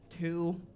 two